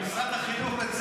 במשרד החינוך,